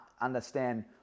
understand